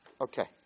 Okay